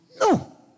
No